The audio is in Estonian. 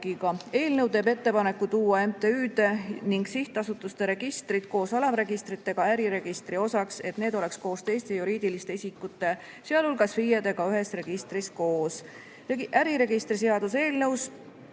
Eelnõu teeb ettepaneku tuua MTÜ‑de ja sihtasutuste registrid koos alamregistritega äriregistri osaks, et need oleks teiste juriidiliste isikute, sealhulgas FIE-dega ühes registris koos. Äriregistri seaduse eelnõus